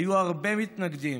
היו הרבה מתנגדים,